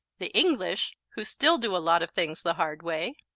the english, who still do a lot of things the hard way,